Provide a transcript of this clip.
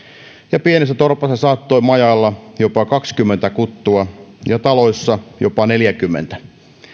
ja pienessä torpassa saattoi majailla jopa kaksikymmentä kuttua ja taloissa jopa neljännenkymmenennen